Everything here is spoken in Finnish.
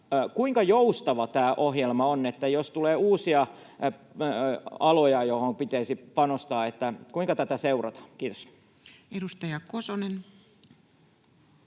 kuinka joustava tämä ohjelma on, eli jos tulee uusia aloja, joihin pitäisi panostaa, niin kuinka tätä seurataan? — Kiitos. [Speech